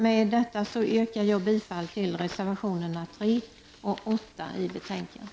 Med det anförda yrkar jag bifall till reservationerna 3 och 8 i betänkandet.